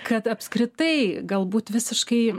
kad apskritai galbūt visiškai